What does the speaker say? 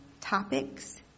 topics